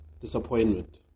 disappointment